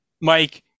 Mike